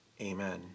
Amen